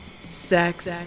sex